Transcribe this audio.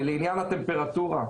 לעניין הטמפרטורה,